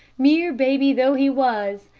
mere baby though he was,